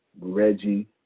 Reggie